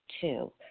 Two